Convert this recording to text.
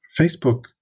facebook